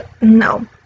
no